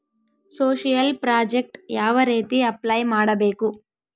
Social project ಯಾವ ರೇತಿ apply ಮಾಡಬೇಕು?